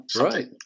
Right